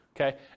Okay